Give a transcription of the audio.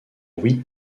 oui